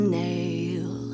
nail